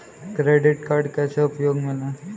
Credit card कैसे उपयोग में लाएँ?